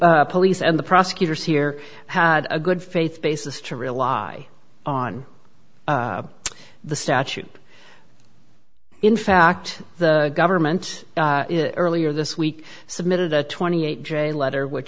the police and the prosecutors here had a good faith basis to rely on the statute in fact the government earlier this week submitted a twenty eight j letter which